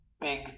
big